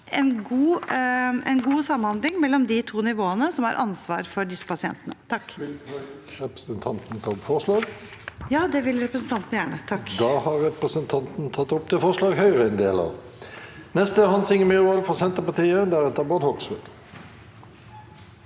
en god samhandling mellom de to nivåene som har ansvar for disse pasientene.